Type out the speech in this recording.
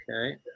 okay